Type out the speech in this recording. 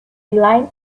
line